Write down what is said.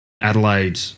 Adelaide